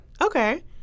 Okay